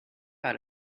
out